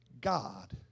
God